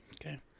Okay